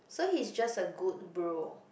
so he's just a good bro